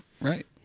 right